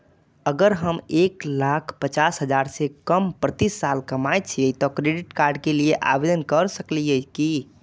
अगर हम एक लाख पचास हजार से कम प्रति साल कमाय छियै त क्रेडिट कार्ड के लिये आवेदन कर सकलियै की?